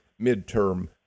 midterm